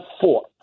four